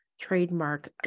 trademark